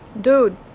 Dude